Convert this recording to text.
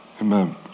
Amen